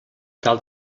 tal